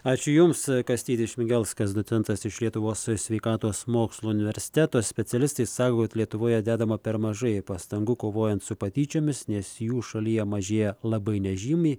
ačiū jums kastytis šmigelskas docentas iš lietuvos sveikatos mokslų universiteto specialistai sako kad lietuvoje dedama per mažai pastangų kovojant su patyčiomis nes jų šalyje mažėja labai nežymiai